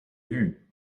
vue